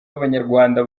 b’abanyarwanda